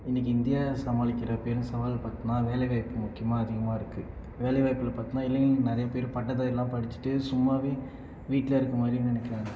இன்றைக்கு இந்தியா சமாளிக்கிற பெரும் சவால்னு பார்த்தோம்னா வேலைவாய்ப்பு முக்கியமாக அதிகமாகிருக்கு வேலைவாய்ப்பில் பார்த்தோம்னா இளைஞர் நிறைய பேர் பட்டதாரிலாம் படித்துட்டு சும்மாவே வீட்டில் இருக்க மாதிரி நினைக்குறாங்க